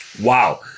Wow